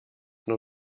nur